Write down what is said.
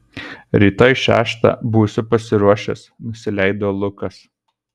rytoj šeštą būsiu pasiruošęs nusileido lukas